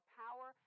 power